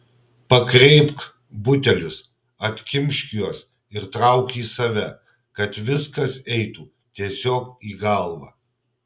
pakreipk butelius atkimšk juos ir trauk į save kad viskas eitų tiesiog į galvą